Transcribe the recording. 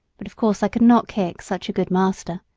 but of course i could not kick such a good master,